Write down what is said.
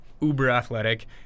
uber-athletic